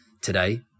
Today